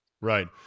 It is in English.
Right